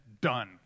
done